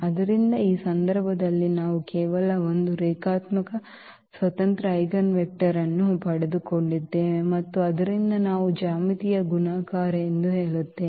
ಆದ್ದರಿಂದ ಈ ಸಂದರ್ಭದಲ್ಲಿ ನಾವು ಕೇವಲ ಒಂದು ರೇಖಾತ್ಮಕ ಸ್ವತಂತ್ರ ಐಜೆನ್ವೆಕ್ಟರ್ ಅನ್ನು ಪಡೆದುಕೊಂಡಿದ್ದೇವೆ ಮತ್ತು ಆದ್ದರಿಂದ ನಾವು ಜ್ಯಾಮಿತೀಯ ಗುಣಾಕಾರ ಎಂದು ಹೇಳುತ್ತೇವೆ